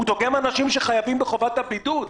הוא דוגם אנשים שחייבים בחובת הבידוד.